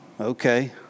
Okay